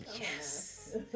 Yes